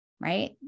right